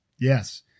Yes